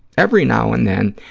every now and then,